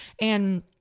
And-